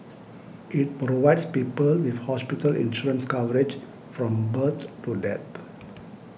it provides people with hospital insurance coverage from birth to death